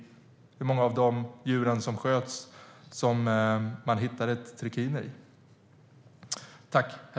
I hur många av de djur som sköts hittade man trikiner?